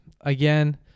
again